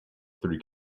three